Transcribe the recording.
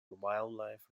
wildlife